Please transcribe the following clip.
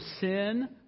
sin